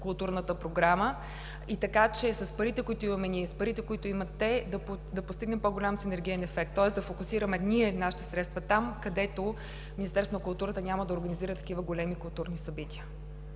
културната програма и така че с парите, които имаме ние и парите, които имат те, да постигнем по-голям синергиен ефект. Тоест да фокусираме ние нашите средства там, където Министерството на културата няма да организира такива големи културни събития.